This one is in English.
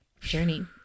journey